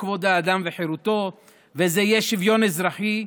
כבוד האדם וחירותו וזה יהיה שוויון אזרחי,